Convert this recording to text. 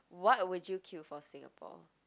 what would you queue for Singapore